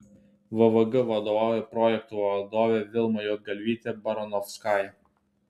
vvg vadovauja projektų vadovė vilma juodgalvytė baranovskaja